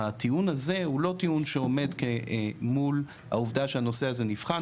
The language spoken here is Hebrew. הטיעון הזה הוא לא טיעון שעומד מול העובדה שהנושא הזה נבחן,